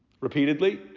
repeatedly